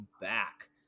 back